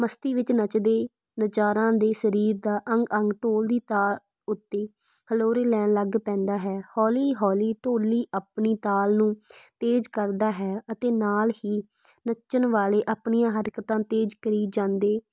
ਮਸਤੀ ਵਿੱਚ ਨੱਚਦੇ ਨਚਾਰਾਂ ਦੇ ਸਰੀਰ ਦਾ ਅੰਗ ਅੰਗ ਢੋਲ ਦੀ ਤਾਲ ਉੱਤੇ ਹਲੋਰੇ ਲੈਣ ਲੱਗ ਪੈਂਦਾ ਹੈ ਹੌਲੀ ਹੌਲੀ ਢੋਲੀ ਆਪਣੀ ਤਾਲ ਨੂੰ ਤੇਜ਼ ਕਰਦਾ ਹੈ ਅਤੇ ਨਾਲ ਹੀ ਨੱਚਣ ਵਾਲੇ ਆਪਣੀਆਂ ਹਰਕਤਾਂ ਤੇਜ਼ ਕਰੀ ਜਾਂਦੇ